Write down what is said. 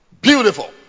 Beautiful